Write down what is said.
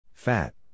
Fat